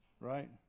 right